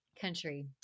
country